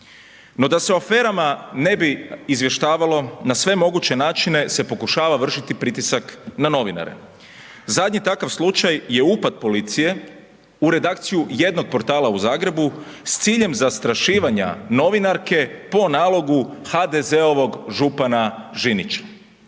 No, da se o aferama ne bi izvještavalo, na sve moguće načine se pokušava vršiti pritisak na novinare. Zadnji takav slučaj je upad policije u redakciju jednog portala u Zagrebu s ciljem zastrašivanja novinarke po nalogu HDZ-ovog župana Žinića.